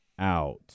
out